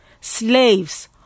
Slaves